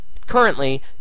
currently